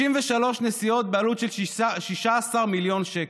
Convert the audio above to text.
53 נסיעות בעלות של 16 מיליון שקל.